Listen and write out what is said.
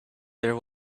there